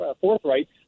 forthright